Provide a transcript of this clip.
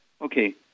Okay